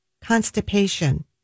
constipation